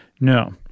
No